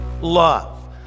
love